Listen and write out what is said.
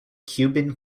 cuban